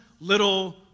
little